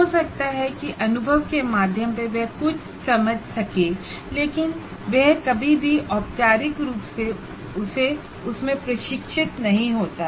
हो सकता है कि अनुभव के माध्यम से वह कुछ समझ सके लेकिन वह कभी भी औपचारिक रूप से उसमें प्रशिक्षित नहीं होता है